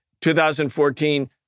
2014